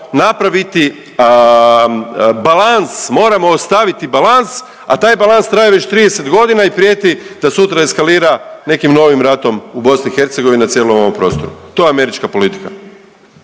napraviti balans, moramo ostaviti balans, a taj balans traje već 30.g. i prijeti da sutra eskalira nekim novim ratom u BiH i na cijelom ovom prostoru, to je američka politika.